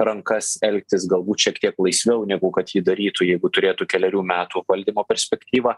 rankas elgtis galbūt šiek tiek laisviau negu kad ji darytų jeigu turėtų kelerių metų valdymo perspektyvą